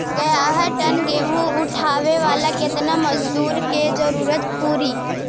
ग्यारह टन गेहूं उठावेला केतना मजदूर के जरुरत पूरी?